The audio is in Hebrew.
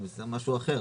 יהיה משהו אחר,